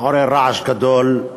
עורר רעש גדול,